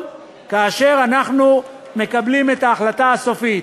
כאשר אנחנו מקבלים את ההחלטה הסופית.